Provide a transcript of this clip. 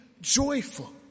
joyful